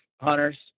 hunters